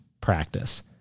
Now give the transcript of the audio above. practice